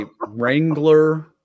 Wrangler